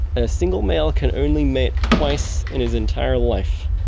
a single male can only mate twice in his entire life,